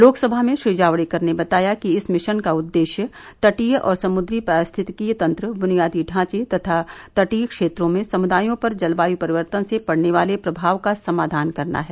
लोकसभा में श्री जावड़ेकर ने बताया कि इस मिशन का उद्देश्य तटीय और समुद्री पारिश्थितिकीय तंत्र बुनियादी ढांचे तथा तटीय क्षेत्रों में समुदायों पर जलवायु परिवर्तन से पड़ने वाले प्रभाव का समाधान करना है